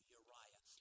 Uriah